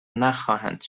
نخواهند